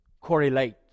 correlate